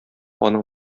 аның